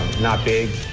not big.